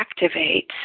activates